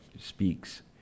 speaks